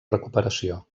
recuperació